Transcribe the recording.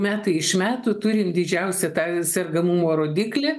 metai iš metų turim didžiausią tą sergamumo rodiklį